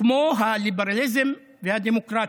כמו הליברליזם והדמוקרטיה.